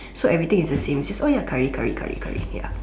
so everything is the same it's just oh ya curry curry curry curry ya